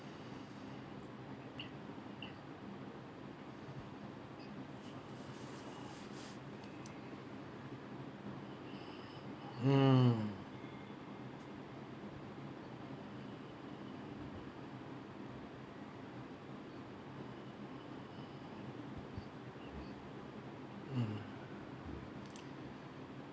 mm mm